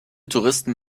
touristen